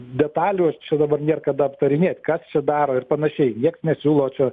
detalių aš čia dabar nėr kada aptarinėt kas čia daro ir panašiai nieks nesiūlo čia